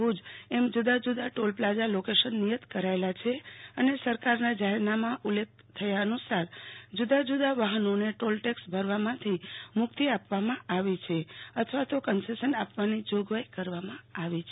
ભુજ એમ જુદાં જુદાં ટોલ પ્લાઝા લોકેશન નિયત કરાયાં છે અને સરકારના જાહેરનામા ઉલ્લેખ થયા અનુસાર જુદાં જુદાં વાહનોને ટોલટેક્ષ ભરવામાંથી મુકિત આપવામાં આવી છે અથવા કન્સેશન આપવાની જોગવાઇ કરવામાં આવી છે